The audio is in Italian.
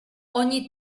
ogni